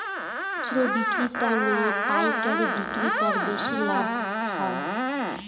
খুচরো বিক্রেতা না পাইকারী বিক্রেতারা বেশি লাভবান হয়?